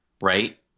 Right